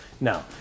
No